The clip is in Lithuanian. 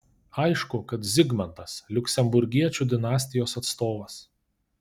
aišku kad zigmantas liuksemburgiečių dinastijos atstovas